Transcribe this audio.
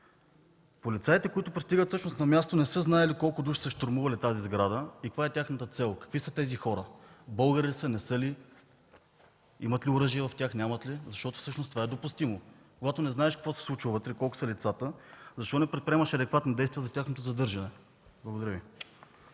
Полицаите, които пристигат всъщност на място, не са знаели колко души са щурмували тази сграда и каква е тяхната цел, какви са тези хора – българи ли са, не са ли, имат ли оръжие в тях, нямат ли, защото всъщност това е допустимо. Когато не знаеш какво се случва вътре и колко са лицата, защо не предприемаш адекватни действия за тяхното задържане? Благодаря Ви.